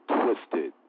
twisted